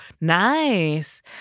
Nice